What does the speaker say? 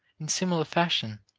in similar fashion,